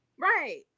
Right